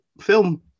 film